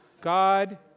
God